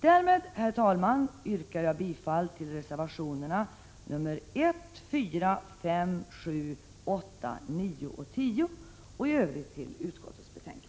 Därmed, herr talman, yrkar jag bifall till reservationerna 1,4, 5,7,8,9 och 10 och i övrigt till utskottets hemställan.